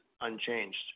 unchanged